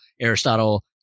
Aristotle